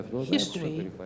history